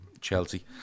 Chelsea